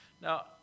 Now